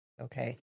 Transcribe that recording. Okay